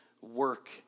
work